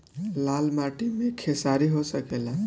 लाल माटी मे खेसारी हो सकेला?